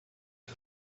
der